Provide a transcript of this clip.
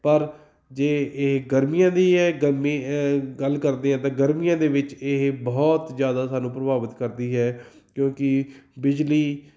ਪਰ ਜੇ ਇਹ ਗਰਮੀਆਂ ਦੀ ਹੈ ਗਰਮੀ ਗੱਲ ਕਰਦੇ ਹਾਂ ਤਾਂ ਗਰਮੀਆਂ ਦੇ ਵਿੱਚ ਇਹ ਬਹੁਤ ਜ਼ਿਆਦਾ ਸਾਨੂੰ ਪ੍ਰਭਾਵਿਤ ਕਰਦੀ ਹੈ ਕਿਉਂਕਿ ਬਿਜਲੀ